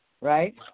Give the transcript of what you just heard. right